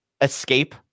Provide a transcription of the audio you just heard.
escape